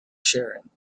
sharing